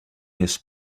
his